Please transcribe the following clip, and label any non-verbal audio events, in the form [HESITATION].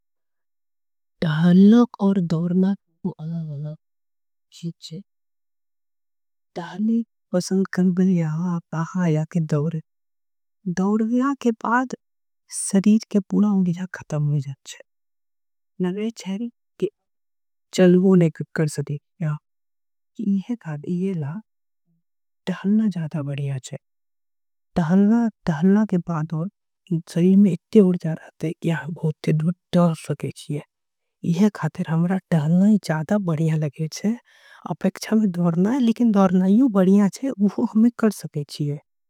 टहलना और दोरना [UNINTELLIGIBLE] के बारे में। अलग होती है टहलना के बारे में आपका स्वागत है दोरना। के बारे में सरीज के पुरा उंगीज़ा ख़तम होती है नर्वेच्छेरी के। [HESITATION] चल्वोने के बारे में आपका स्वागत है इहे। खाते हैं टहलना ज़्यादा बड़िया है टहलना टहलना के बारे। में सरीज में इतने उड़ जा रहते हैं कि हम भोते दो डर सकेची। हैं इहे खाते हैं हमरा टहलना ज़्यादा बड़िया लगेच्छे है अपेक्छा। में दोरना है लेकिन दोरना यू बड़िया है वो हमें कर सकेची है।